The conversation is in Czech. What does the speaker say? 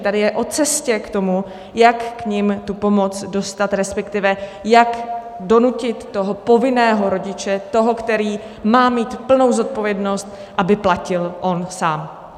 Tady je to o cestě k tomu, jak k nim tu pomoc dostat, respektive jak donutit toho povinného rodiče, toho, který má mít plnou zodpovědnost, aby platil on sám.